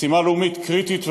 משימה לאומית קריטית וחיונית.